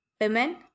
Women